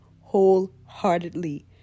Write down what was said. wholeheartedly